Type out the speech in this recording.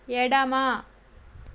ఎడమ